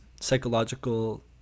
psychological